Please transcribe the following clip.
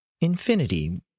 Infinity